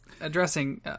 addressing